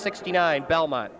sixty nine belmont